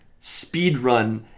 speedrun